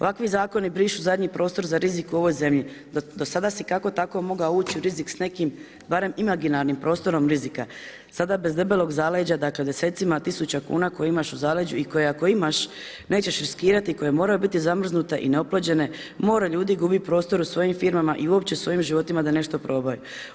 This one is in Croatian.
Ovakvi zakoni brišu zadnji prostor za rizik u ovoj zemlji, do sada si kako tako mogao ući u rizik s nekim, b arem imaginarnim prostorom rizika, sada bez debelog zaleđa, dakle desecima tisuća kuna koje imaš u zaleđu i koje ako imaš nećeš riskirati, koje moraju biti zamrznute i neoplođene, more ljudi gubi prostor u svojim firmama i uopće u svojim životima da nešto probaju.